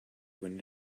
when